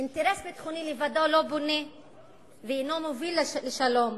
אינטרס ביטחוני לבדו לא בונה ולא מוביל לשלום,